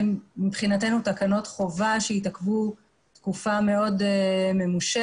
מבחינתנו אלה תקנות חובה, שהתעכבו תקופה ממושכת